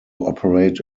operate